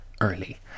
early